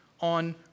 on